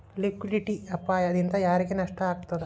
Liquidity ಅಪಾಯ ದಿಂದಾ ಯಾರಿಗ್ ನಷ್ಟ ಆಗ್ತದ?